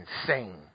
insane